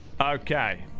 Okay